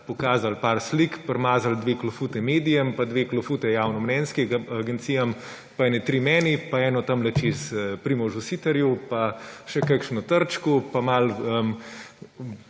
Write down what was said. pokazali nekaj slik, primazali dve klofuti medijem pa dve klofuti javnomnenjskim agencijam pa ene tri meni pa eno tam čez Primožu Siterju pa še kakšno Trčku pa malo